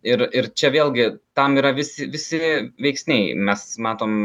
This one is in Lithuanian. ir ir čia vėlgi tam yra visi visi veiksniai mes matom